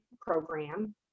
program